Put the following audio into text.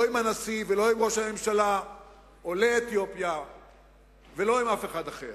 לא עם הנשיא ולא עם ראש הממשלה ולא עם אף אחד אחר.